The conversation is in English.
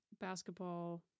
basketball